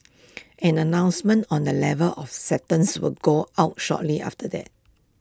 an announcement on the level of acceptances will go out shortly after that